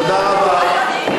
תודה רבה.